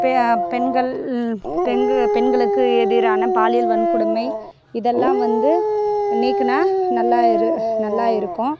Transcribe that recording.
பெ பெண்கள் பெண்கள் பெண்களுக்கு எதிரான பாலியல் வன்கொடுமை இதெல்லாம் வந்து நீக்கினா நல்லா இரு நல்லா இருக்கும்